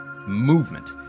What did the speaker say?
movement